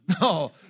No